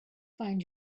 find